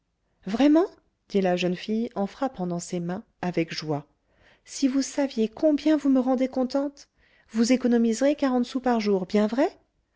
vraiment dit la jeune fille en frappant dans ses mains avec joie si vous saviez combien vous me rendez contente vous économiserez quarante sous par jour bien vrai